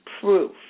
proof